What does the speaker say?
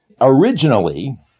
Originally